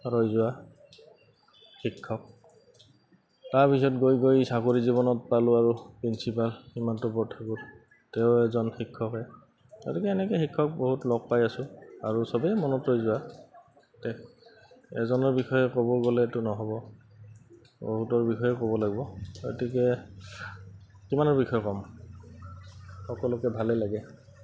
ৰৈ যোৱা শিক্ষক তাৰপিছত গৈ গৈ চাকৰি জীৱনত পালোঁ আৰু প্ৰিন্সিপাল সীমান্ত বৰঠাকুৰ তেওঁ এজন শিক্ষকে গতিকে এনেকে শিক্ষক বহুত লগ পাই আছোঁ আৰু চবেই মনত ৰৈ যোৱা এজনৰ বিষয়ে ক'ব গ'লেতো নহ'ব বহুতৰ বিষয়ে ক'ব লাগিব গতিকে কিমানৰ বিষয়ে ক'ম সকলোকে ভালেই লাগে